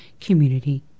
community